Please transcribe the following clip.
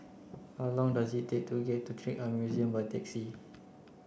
how long does it take to get to Trick Eye Museum by taxi